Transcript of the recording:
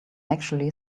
actually